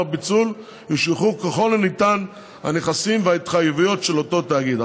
הפיצול ישויכו ככל הניתן הנכסים וההתחייבויות של אותו תאגיד.